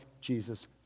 Jesus